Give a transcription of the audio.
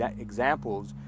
examples